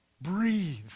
breathe